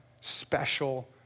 special